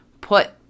put